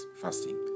fasting